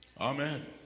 Amen